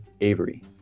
Avery